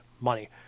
money